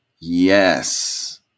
Yes